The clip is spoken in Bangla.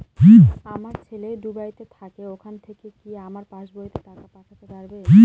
আমার ছেলে দুবাইতে থাকে ওখান থেকে কি আমার পাসবইতে টাকা পাঠাতে পারবে?